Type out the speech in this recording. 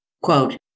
Quote